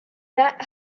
that